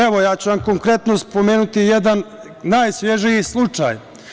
Evo, ja ću vam konkretno spomenuti jedan najsvežiji slučaj.